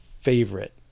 favorite